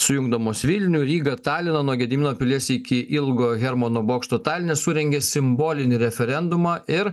sujungdamos vilnių rygą taliną nuo gedimino pilies iki ilgojo hermano bokšto taline surengė simbolinį referendumą ir